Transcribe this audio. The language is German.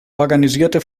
organisierte